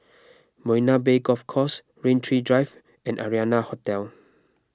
Marina Bay Golf Course Rain Tree Drive and Arianna Hotel